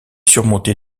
surmonté